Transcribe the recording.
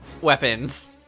weapons